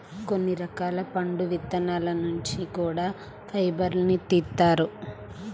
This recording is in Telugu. కొన్ని రకాల పండు విత్తనాల నుంచి కూడా ఫైబర్ను తీత్తారు